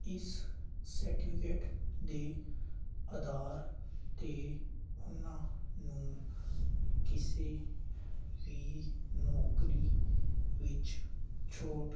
ਇਸ ਸਰਟੀਫਿਕੇਟ ਦੇ ਆਧਾਰ 'ਤੇ ਉਹਨਾਂ ਨੂੰ ਕਿਸੇ ਵੀ ਨੌਕਰੀ ਵਿੱਚ ਛੋਟ